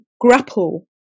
grapple